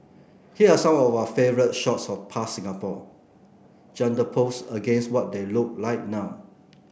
here are some of our favourite shots of past Singapore juxtaposed against what they look like now